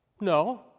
No